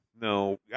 no